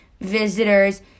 visitors